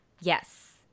Yes